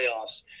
playoffs